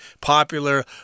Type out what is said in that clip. popular